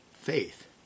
faith